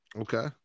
Okay